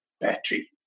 battery